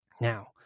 Now